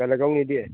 তেওঁলোকক নিদিয়ে